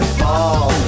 fall